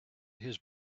his